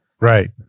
Right